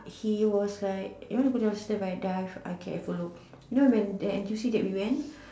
he was like you want to go downstairs and dive I can follow you know the N U T C that we went